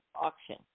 auction